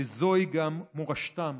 וזוהי גם מורשתם